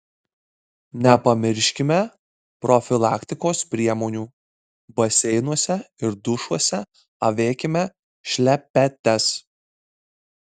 nepamirškime profilaktikos priemonių baseinuose ir dušuose avėkime šlepetes